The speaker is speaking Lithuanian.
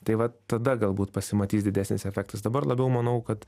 tai va tada galbūt pasimatys didesnis efektas dabar labiau manau kad